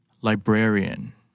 Librarian